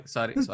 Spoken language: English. Sorry